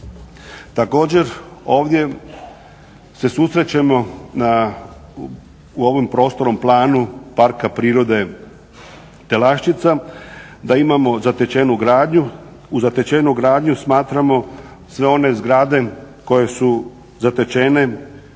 Također ovdje se susrećemo u ovom prostornom planu Parka prirode Telaščica da imamo zatečenu gradnju. U zatečenu gradnju smatramo sve one zgrade koje su zatečene